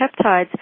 peptides